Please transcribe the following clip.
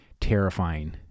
terrifying